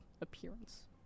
appearance